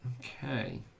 Okay